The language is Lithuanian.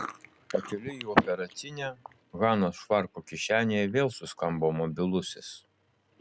pakeliui į operacinę hanos švarko kišenėje vėl suskambo mobilusis